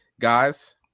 guys